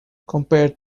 compared